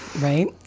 right